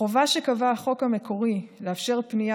החובה שקבע החוק המקורי לאפשר פנייה